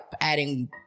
adding